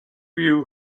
you